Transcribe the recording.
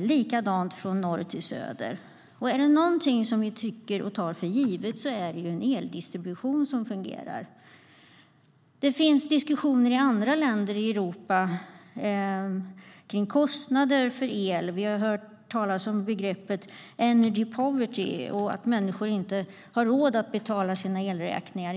likadant från norr till söder är verkligen på agendan just nu. Är det något vi tar för givet är det en eldistribution som fungerar. Det finns diskussioner i andra länder i Europa om kostnader för el. Vi har hört begreppet energy poverty och att människor inte har råd att betala sina elräkningar.